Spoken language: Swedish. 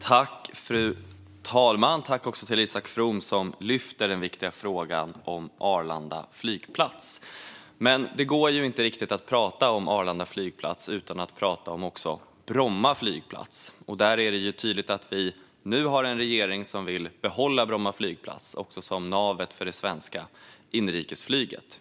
Fru talman! Tack till Isak From, som lyfter den viktiga frågan om Arlanda flygplats. Men det går inte riktigt att prata om Arlanda utan att också prata om Bromma flygplats. Det är tydligt att vi nu har en regering som vill behålla Bromma flygplats som navet för det svenska inrikesflyget.